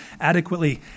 adequately